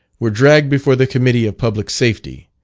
were dragged before the committee of public safety,